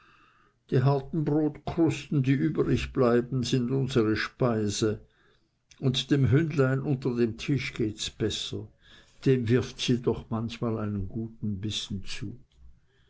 die harten brotkrusten die übrig bleiben sind unsere speise und dem hündlein unter dem tisch gehts besser dem wirft sie doch manchmal einen guten bissen zu